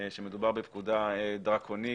שמדובר בפקודה דרקונית,